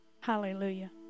Hallelujah